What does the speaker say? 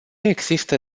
există